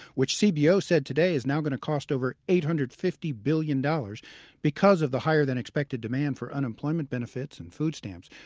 which cdo said today is now going to cost over eight hundred and fifty billion dollars because of the higher-than-expected demand for unemployment benefits and food stamps.